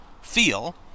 feel